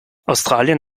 australien